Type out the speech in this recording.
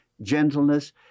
gentleness